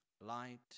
light